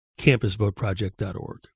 campusvoteproject.org